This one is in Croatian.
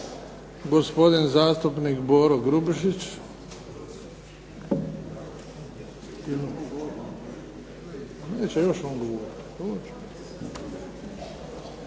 gospodin zastupnik Boro Grubišić.